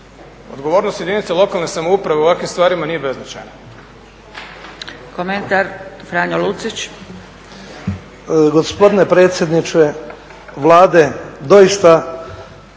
Odgovornost jedinice lokalne samouprave u ovakvim stvarima nije beznačajna. **Zgrebec, Dragica